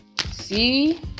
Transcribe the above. see